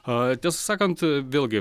a tiesą sakant vėlgi